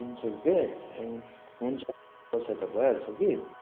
तिन सय रुपियाँ ए हुन्छ पैसा त भइहाल्छ कि